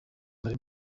that